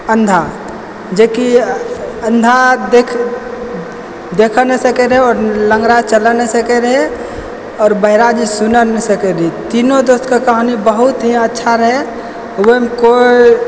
अंधा जे कि अंधा देख देखै नहि सकै रहय आओर लंगरा चलै नहि सकै रहै आओर बहरा जे सुनै नहि सकय रहै तीनो दोस्त के कहानी बहुत ही अच्छा रहै ओहिमे कोइ